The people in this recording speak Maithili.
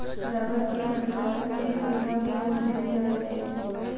रबड़ के परिवर्तन कय के नब रूप देल जाइत अछि